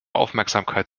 aufmerksamkeit